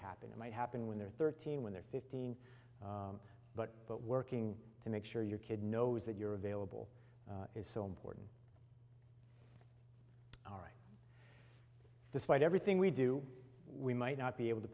happen it might happen when they're thirteen when they're fifteen but but working to make sure your kid knows that you're available is so important despite everything we do we might not be able to